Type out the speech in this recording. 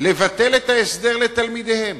לבטל את ההסדר לתלמידיהם,